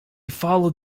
followed